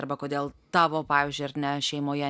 arba kodėl tavo pavyzdžiui ar ne šeimoje